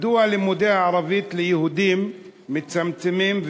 מדוע לימודי ערבית ליהודים מצטמצמים,